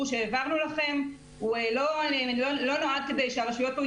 שהעברנו לכם לא נועד להעשיר את הרשויות.